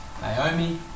Naomi